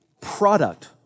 product